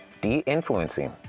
de-influencing